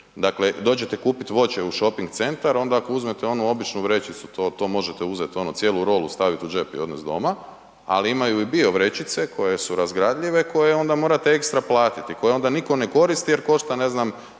dakle dođete kupit voće u šoping centar onda ako uzmete onu običnu vrećicu, to, to možete uzet ono cijelu rolu stavit u džep i odnest doma, ali imaju i bio vrećice koje su razgradljive, koje onda morate ekstra platiti, koje onda niko ne koristi jer košta, ne znam,